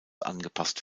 angepasst